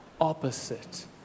opposite